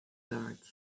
guards